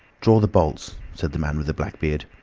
draw the bolts, said the man with the black beard,